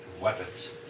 Weapons